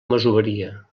masoveria